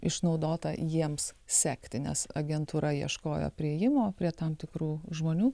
išnaudota jiems sekti nes agentūra ieškojo priėjimo prie tam tikrų žmonių